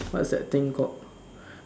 what's that thing called